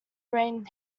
rain